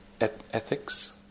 ethics